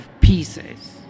pieces